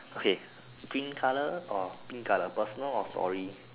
okay green color or pink color personal or story